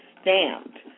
stamped